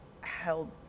held